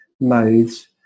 modes